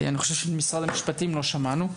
אני חושב שאת משרד המשפטים לא שמענו.